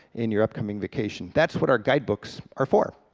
in your upcoming vacation. that's what our guide books are for.